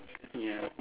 ya